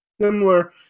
similar